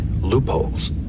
loopholes